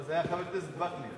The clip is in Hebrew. לא, זה היה חבר הכנסת וקנין,